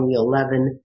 2011